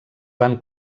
van